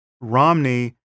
Romney